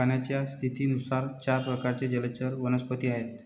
पाण्याच्या स्थितीनुसार चार प्रकारचे जलचर वनस्पती आहेत